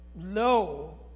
low